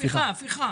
הפיכה, הפיכה.